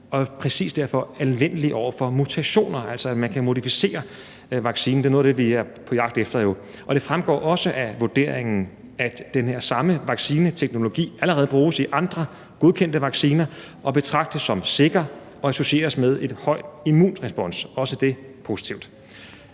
og præcis derfor anvendelig over for mutationer, altså at man kan modificere vaccinen. Det er jo noget af det, vi er på jagt efter. Og det fremgår også af vurderingen, at den her samme vaccineteknologi allerede bruges i andre godkendte vacciner og betragtes som sikker og associeres med en høj immunrespons. Også det er positivt.